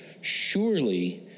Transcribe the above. surely